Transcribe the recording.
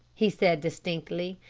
he said distinctly,